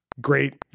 Great